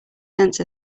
sense